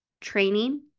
training